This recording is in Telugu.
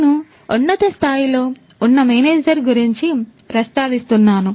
నేను ఉన్నత స్థాయిలో ఉన్న మేనేజర్ గురించి ప్రస్తావిస్తున్నాను